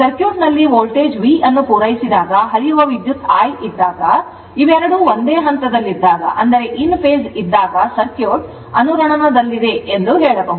circuit ನಲ್ಲಿ voltage V ಅನ್ನು ಪೂರೈಸಿದಾಗ ಹರಿಯುವ ವಿದ್ಯುತ್ I ಇದ್ದಾಗ ಎರಡೂ ಒಂದೇ ಹಂತದಲ್ಲಿದ್ದಾಗ ಸರ್ಕ್ಯೂಟ್ ಅನುರಣನದಲ್ಲಿದೆ ಎಂದು ಹೇಳಬಹುದು